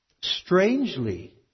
strangely